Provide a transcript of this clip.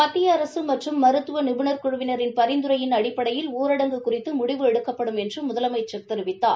மத்திய அரசு மற்றும் மருத்துவ நிவுணா் குழுவினாின் பரிந்துரையின் அடிப்படையில் ஊரங்கு குறித்து முடிவு எடுக்கப்படும் என்று முதலமைச்சர் தெரிவித்தார்